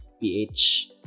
PH